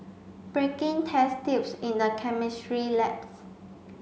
breaking test tubes in the chemistry labs